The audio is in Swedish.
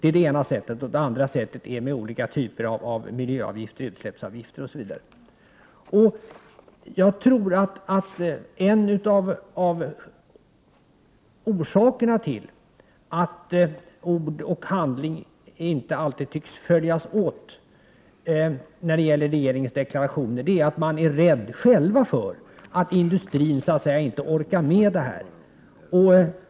En annan väg att åstadkomma detta är med hjälp av olika typer av miljöavgifter, utsläppsavgifter osv. Jag tror att en av orsakerna till att ord och handling inte alltid tycks följas åt när det gäller regeringens deklarationer är att man själv är rädd för att industrin inte orkar med det här.